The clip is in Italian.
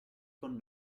con